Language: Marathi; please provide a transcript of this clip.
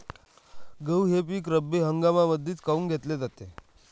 गहू हे पिक रब्बी हंगामामंदीच काऊन घेतले जाते?